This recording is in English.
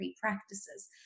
practices